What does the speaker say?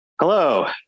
Hello